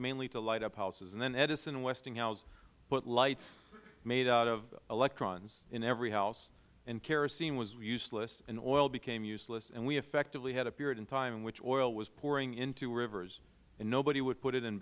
mainly to light up houses and then edison and westinghouse put lights made out of electrons in every house and kerosene was useless and oil became useless and we effectively had a period of time in which oil was pouring into rivers and nobody would put it in